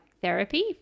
therapy